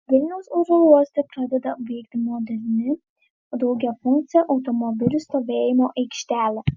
vilniaus oro uoste pradeda veikti moderni daugiafunkcė automobilių stovėjimo aikštelė